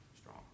strong